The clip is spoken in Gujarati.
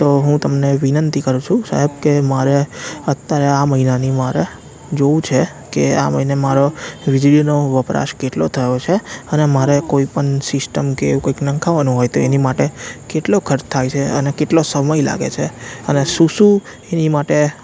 તો હું તમને વિનંતી કરું છું સાહેબ કે મારે અત્યારે આ મહિનાની મારે જોવું છે કે આ મહીન મારો વીજળીનો વપરાશ કેટલો થયો છે અને મારે કોઈપણ સિસ્ટમ કે એવું કંઈક નંખાવાનું હોય તો એની માટે કેટલો ખર્ચ થાય છે અને કેટલો સમય લાગે છે અને શું શું એની માટે